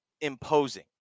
imposing